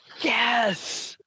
Yes